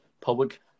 public